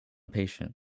patient